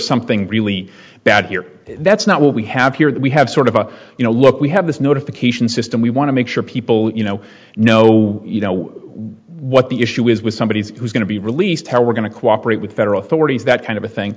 something really bad here that's not what we have here we have sort of a you know look we have this notification system we want to make sure people you know know you know what the issue is with somebody who's going to be released how we're going to cooperate with federal authorities that kind of thing